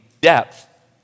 depth